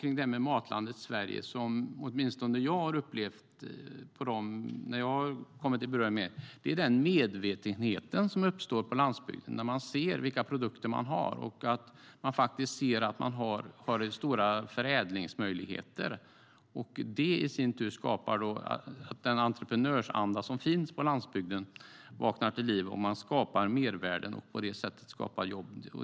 När jag har kommit i beröring med Matlandet Sverige har jag upplevt att det har uppstått en medvetenhet på landsbygden när man ser de produkter och stora förädlingsmöjligheter som man har. Det i sin tur skapar en entreprenörsanda, och på det sättet skapas mervärden och jobb.